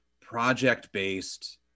project-based